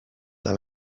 eta